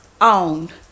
owned